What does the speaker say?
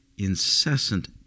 incessant